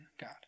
God